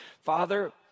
Father